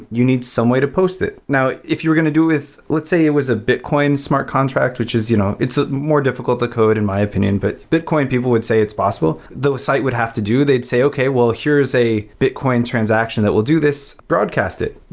you need some way to post it. now if you're going to do with, let's say it was a bitcoin smart contract which is you know it's more difficult to code in my opinion, but bitcoin people would say it's possible. the site would have to do. they'd say, okay, well here is a bitcoin transaction that we'll do this broadcasted.